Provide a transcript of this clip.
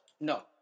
No